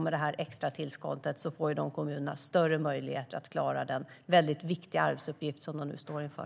Med det extra tillskottet får dessa kommuner större möjligheter att klara den väldigt viktiga arbetsuppgift som de nu står inför.